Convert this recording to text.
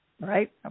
Right